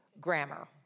grammar